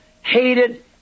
hated